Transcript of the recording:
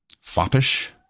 foppish